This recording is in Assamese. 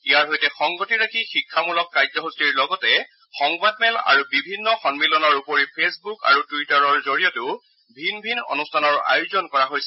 ইয়াৰ সৈতে সংগতি ৰাখি শিক্ষামূলক কাৰ্যসূচীৰ লগতে সংবাদমেল আৰু বিভিন্ন সন্মিলনৰ উপৰি ফেচবুক আৰু টুইটাৰৰ জৰিয়তেও ভিন ভিন অনুষ্ঠানৰ আয়োজন কৰা হৈছে